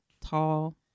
tall